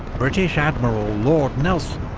british admiral lord nelson,